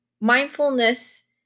mindfulness